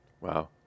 wow